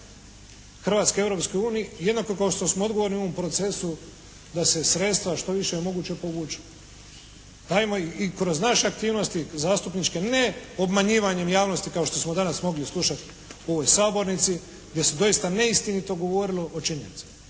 Europskoj uniji jednako kao što smo odgovorni u ovom procesu da se sredstva što je više moguće povuče. Dajmo i kroz naše aktivnosti zastupničke ne obmanjivanjem javnosti kao što smo danas mogli slušat u ovoj sabornici, gdje se doista neistinito govorilo o činjenicama.